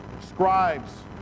scribes